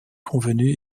convenu